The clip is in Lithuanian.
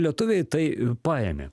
lietuviai tai ir paėmė